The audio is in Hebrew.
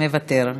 מוותר,